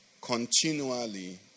continually